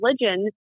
religion